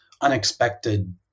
unexpected